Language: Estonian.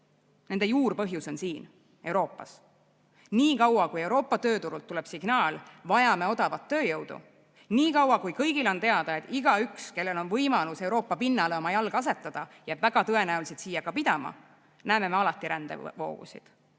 Nende juurpõhjus on siin, Euroopas. Niikaua kui Euroopa tööturult tuleb signaal "vajame odavat tööjõudu", niikaua kui kõigile on teada, et igaüks, kellel on võimalus Euroopa pinnale oma jalg asetada, jääb väga tõenäoliselt siia ka pidama, näeme me alati rändevoogusid